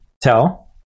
tell